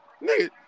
Nigga